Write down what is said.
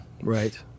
Right